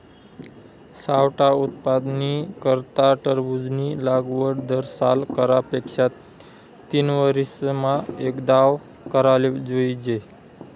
सावठा उत्पादननी करता टरबूजनी लागवड दरसाल करा पेक्षा तीनवरीसमा एकदाव कराले जोइजे